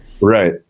right